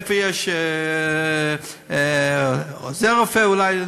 איפה יש עוזר רופא אולי.